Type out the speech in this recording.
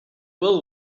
will